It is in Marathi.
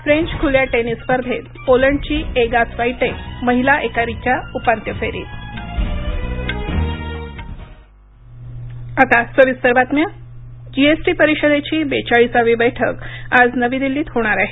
फ्रेंच खुल्या टेनिस स्पर्धेत पोलंडची एगा स्वाइटेक महिला एकेरीच्या उपांत्य फेरीत जीएसटी बैठक जीएसटी परिषदेची बेचाळीसावी बैठक आज नवी दिल्लीत होणार आहे